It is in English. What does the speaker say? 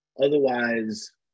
Otherwise